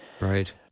right